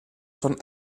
von